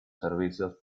servicios